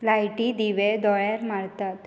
लायटी दिवे दोळ्यार मारतात